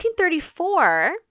1934